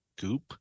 goop